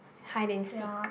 hide and seek